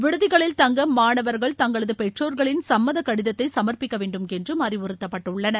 விடுதிகளில் தங்க மாணவர்கள் தங்களது பெற்றோர்களின் சம்மத கடிதத்தை சமர்ப்பிக்கவேண்டும் என்று அறிவுறுத்தப்பட்டுள்ளனர்